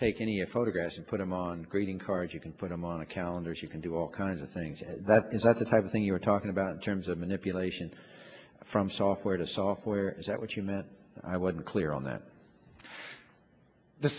take any of photographs and put them on greeting cards you can put them on a calendar if you can do all kinds of things that is that the type of thing you're talking about in terms of manipulation from software to software is that what you meant i wasn't clear on that the